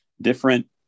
different